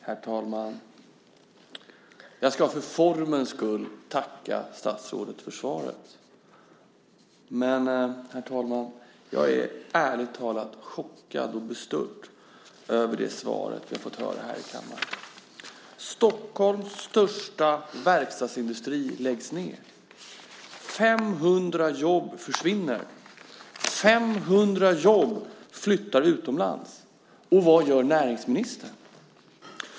Herr talman! Jag ska för formens skull tacka statsrådet för svaret. Men, herr talman, jag är ärligt talad chockad och bestört över det svar vi har fått höra här i kammaren. Stockholms största verkstadsindustri läggs ned. 500 jobb försvinner. 500 jobb flyttar utomlands. Och vad gör näringsministern?